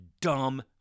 dumb